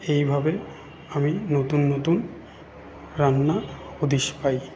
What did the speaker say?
এইভাবে আমি নতুন নতুন রান্নার হদিশ পাই